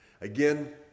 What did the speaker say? Again